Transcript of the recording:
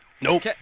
Nope